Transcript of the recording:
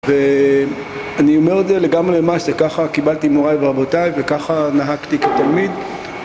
ואני אומר את זה לגמרי מה שככה קיבלתי מוריי ורבותיי וככה נהגתי כתלמיד